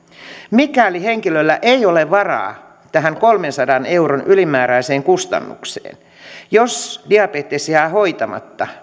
mikäli henkilöllä ei ole varaa tähän kolmensadan euron ylimääräiseen kustannukseen jos diabetes jää hoitamatta